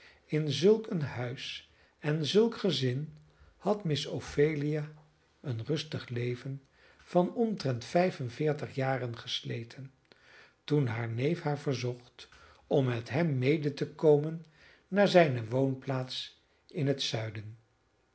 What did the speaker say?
in zulk een huis en zulk gezin had miss ophelia een rustig leven van omtrent vijf en veertig jaren gesleten toen haar neef haar verzocht om met hem mede te komen naar zijne woonplaats in het zuiden